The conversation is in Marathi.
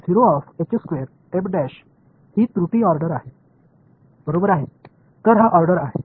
स्क्वेअर बरोबर आहे हा त्रुटीचा ऑर्डर आहे बरोबर आहे तर हा ऑर्डर आहे